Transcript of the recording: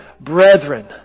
brethren